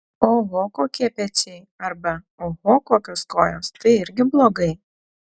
oho kokie pečiai arba oho kokios kojos tai irgi blogai